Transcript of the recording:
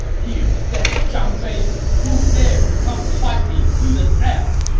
here stands zhang fei! who dares to come fight me to the death!